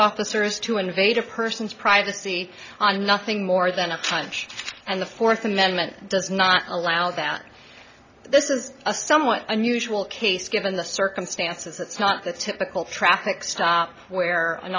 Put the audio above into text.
officers to invade a person's privacy and nothing more than a time and the fourth amendment does not allow that this is a somewhat unusual case given the circumstances it's not the typical traffic stop where an